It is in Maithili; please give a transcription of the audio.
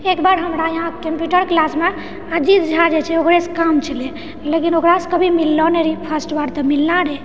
एकबार हमरा इहाँ कम्प्यूटर क्लासमे अजीत झा जे छै ओकरेसँ काम छलै लेकिन ओकरासँ कभी मिललो नहि रही फर्स्ट बार तऽ मिलना रहै